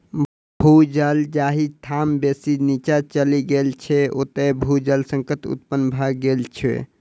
भू जल जाहि ठाम बेसी नीचाँ चलि गेल छै, ओतय भू जल संकट उत्पन्न भ गेल छै